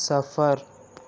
سفر